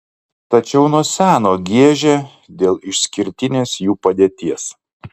tačiau nuo seno giežė dėl išskirtinės jų padėties